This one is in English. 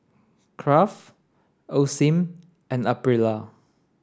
Kraft Osim and Aprilia